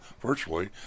virtually